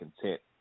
content